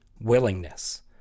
willingness